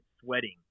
sweating